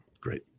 great